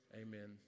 Amen